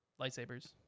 lightsabers